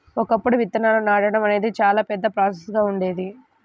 ఒకప్పుడు విత్తనాలను నాటడం అనేది చాలా పెద్ద ప్రాసెస్ గా ఉండేది